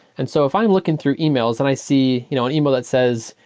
and so if i'm looking through emails and i see you know an email that says,